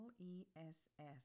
L-E-S-S